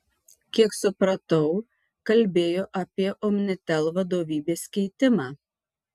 kiek supratau kalbėjo apie omnitel vadovybės keitimą